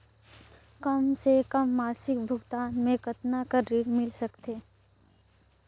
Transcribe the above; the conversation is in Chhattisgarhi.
कम से कम मासिक भुगतान मे कतना कर ऋण मिल सकथे?